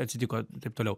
atsitiko taip toliau